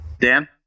Dan